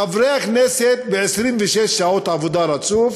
חברי הכנסת, ב-26 שעות עבודה רצוף,